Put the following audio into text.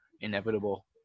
inevitable –